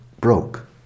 broke